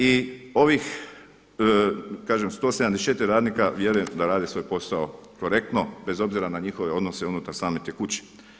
I kažem ovih 174 radnika vjerujem da rade svoj posao korektno, bez obzira na njihove odnose unutar same te kuće.